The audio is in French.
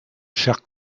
chers